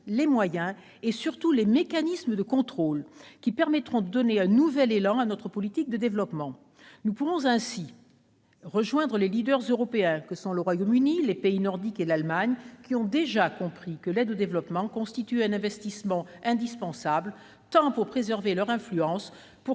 les moyens et, surtout, les mécanismes de contrôle qui permettront de donner un nouvel élan à notre politique de développement. Nous pourrons ainsi rejoindre les leaders européens que sont le Royaume-Uni, les pays nordiques et l'Allemagne, car ils ont déjà compris que l'aide au développement constituait un investissement indispensable, à la fois pour préserver leur influence et pour